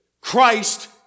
Christ